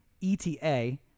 E-T-A